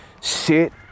sit